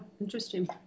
interesting